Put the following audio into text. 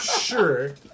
sure